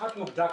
המנחת הוא פרטי.